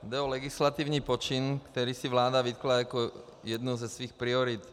Jde o legislativní počin, který si vláda vytkla jako jednu ze svých priorit.